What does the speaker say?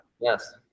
Yes